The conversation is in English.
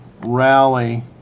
rally